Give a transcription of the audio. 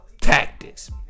tactics